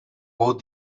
both